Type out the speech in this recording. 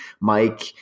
Mike